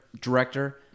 director